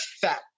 fat